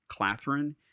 Clathrin